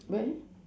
where